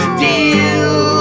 deal